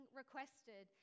requested